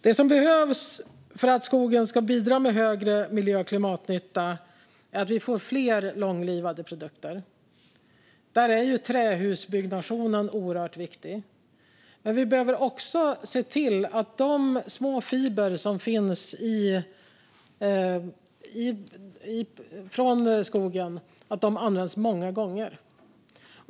Det som behövs för att skogen ska bidra med högre miljö och klimatnytta är att vi får fler långlivade produkter. Där är trähusbyggnationen oerhört viktig, men vi behöver också se till att de småfibrer som kommer från skogen används många gånger.